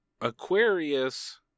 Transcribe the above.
Aquarius